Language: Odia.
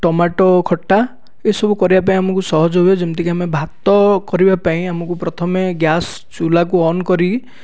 ଟମାଟୋ ଖଟା ଏସବୁ କରିବା ପାଇଁ ଆମକୁ ସହଜ ହୁଏ ଯେମିତି କି ଆମେ ଭାତ କରିବା ପାଇଁ ଆମକୁ ପ୍ରଥମେ ଗ୍ୟାସ୍ ଚୁଲାକୁ ଅନ୍ କରି